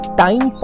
time